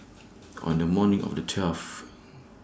on The morning of The twelfth